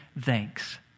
thanks